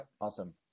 awesome